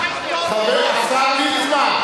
כדי שלא תקרא קריאות ביניים.